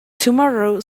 tomorrow